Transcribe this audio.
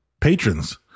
Patrons